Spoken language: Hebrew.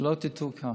שלא תטעו כאן.